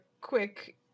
quick